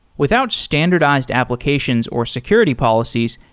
without standardized applications or security policies,